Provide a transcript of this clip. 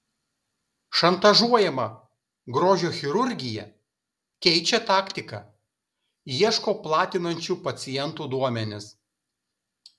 šantažuojama grožio chirurgija keičia taktiką ieško platinančių pacientų duomenis